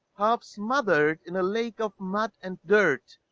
half smother'd in a lake of mud and dirt,